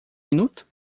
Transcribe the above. minuto